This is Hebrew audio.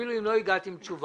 אפילו אם לא הגעת עם תשובה.